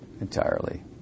entirely